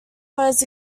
was